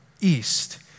east